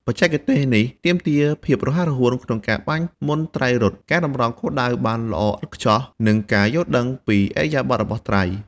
បច្ចេកទេសនេះទាមទារភាពរហ័សរហួន ក្នុងការបាញ់មុនត្រីរត់ ការតម្រង់គោលដៅបានល្អឥតខ្ចោះ និងការយល់ដឹងពីឥរិយាបថរបស់ត្រី។